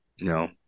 no